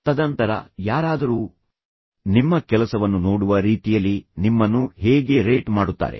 ತದನಂತರ ಯಾರಾದರೂ ನಿಮ್ಮನ್ನು ನೋಡುವ ರೀತಿಯಲ್ಲಿ ಅವರು ನಿಮ್ಮ ಕೆಲಸವನ್ನು ನೋಡುವ ರೀತಿಯಲ್ಲಿ ನಿಮ್ಮನ್ನು ಹೇಗೆ ರೇಟ್ ಮಾಡುತ್ತಾರೆ